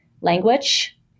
language